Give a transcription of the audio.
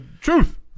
Truth